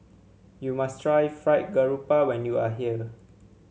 you must try Fried Garoupa when you are here